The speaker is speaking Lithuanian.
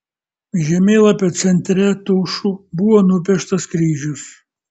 žemėlapio centre tušu buvo nupieštas kryžius